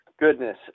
Goodness